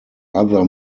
other